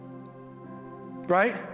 Right